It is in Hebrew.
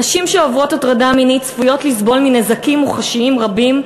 נשים שעוברות הטרדה מינית צפויות לסבול מנזקים מוחשיים רבים,